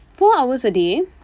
four hours a day